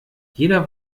jeder